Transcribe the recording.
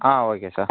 ah okay sir